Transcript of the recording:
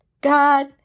God